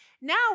Now